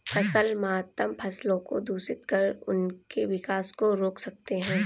फसल मातम फसलों को दूषित कर उनके विकास को रोक सकते हैं